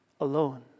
alone